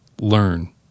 learn